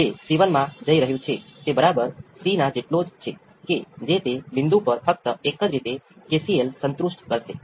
હવે V 0 ના કોઈપણ મૂલ્ય સાથેનું આ ફંક્શન તે ચોક્કસ સમીકરણને સંતોષશે